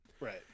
Right